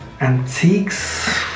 Antiques